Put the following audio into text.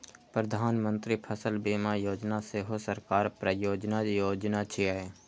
प्रधानमंत्री फसल बीमा योजना सेहो सरकार प्रायोजित योजना छियै